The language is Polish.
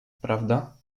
prawda